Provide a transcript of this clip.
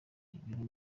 ibiryo